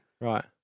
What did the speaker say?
Right